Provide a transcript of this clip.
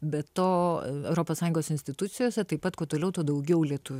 be to europos sąjungos institucijose taip pat kuo toliau tuo daugiau lietuvių